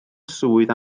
swydd